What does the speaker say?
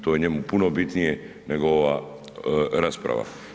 To je njemu puno bitnije nego ova rasprava.